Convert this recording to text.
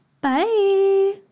Bye